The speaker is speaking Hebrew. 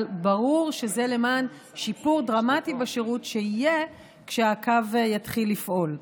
אבל ברור שזה למען שיפור דרמטי בשירות שיהיה כשהקו יתחיל לפעול.